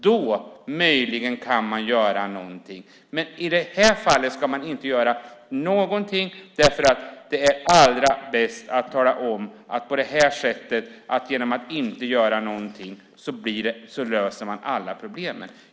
Då möjligen kan man göra någonting, men i det här fallet ska man inte göra någonting därför att det allra bästa är att inte göra någonting. Då löses alla problem.